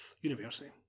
university